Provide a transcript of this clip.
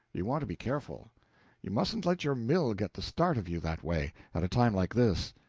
you want to be careful you mustn't let your mill get the start of you that way, at a time like this.